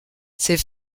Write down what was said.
ses